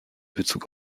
bezug